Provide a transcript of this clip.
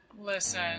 Listen